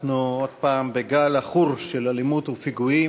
אנחנו עוד הפעם בגל עכור של אלימות ופיגועים,